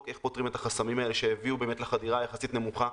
איך פותרים את החסמים האלה שהביאו לחדירה יחסית נמוכה,